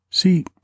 See